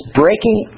breaking